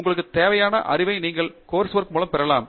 உங்களுக்கு தேவையான அறிவை நீங்கள் கோர்ஸ் ஒர்க் மூலம் பெறலாம்